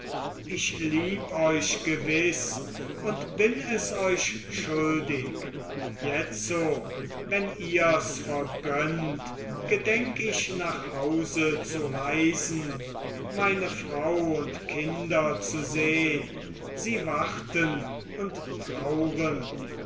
ich lieb euch gewiß und bin es euch schuldig jetzo wenn ihrs vergönnt gedenk ich nach hause zu reisen meine frau und kinder zu sehn sie warten und trauren